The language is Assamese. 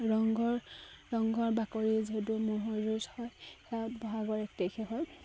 ৰংঘৰ ৰংঘৰ বাকৰি যিহেতু ম'হৰ যুঁজ হয় সেয়া বহাগৰ এক তাৰিখে হয়